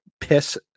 piss